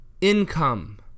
income